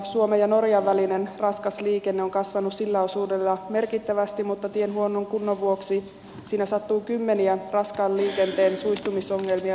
suomen ja norjan välinen raskas liikenne on kasvanut sillä osuudella merkittävästi mutta tien huonon kunnon vuoksi siinä sattuu kymmeniä raskaan liikenteen suistumisongelmia vuosittain